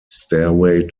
stairway